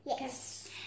Yes